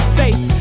face